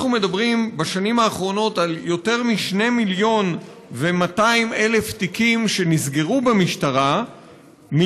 אנחנו מדברים על יותר מ-2.2 מיליון תיקים שנסגרו במשטרה בשנים האחרונות,